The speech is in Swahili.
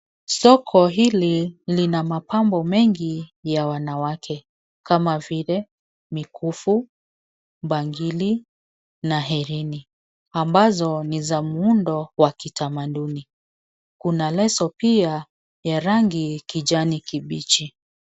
Soko hili lina mapambo mengi ya wanawake kama vile mikufu, bangili na hereni ambazo ni za muundo wa kitamaduni. Kuna leso pia ya rangi kijani kibichi.